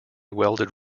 welded